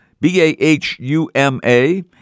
B-A-H-U-M-A